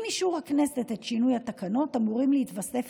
עם אישור הכנסת את שינוי התקנות אמורים להתווסף,